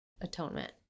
atonement